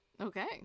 Okay